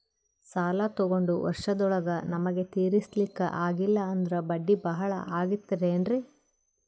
ಸಾಲ ತೊಗೊಂಡು ವರ್ಷದೋಳಗ ನಮಗೆ ತೀರಿಸ್ಲಿಕಾ ಆಗಿಲ್ಲಾ ಅಂದ್ರ ಬಡ್ಡಿ ಬಹಳಾ ಆಗತಿರೆನ್ರಿ?